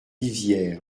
livière